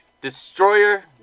destroyer